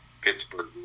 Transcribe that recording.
Pittsburgh